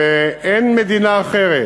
אין מדינה אחרת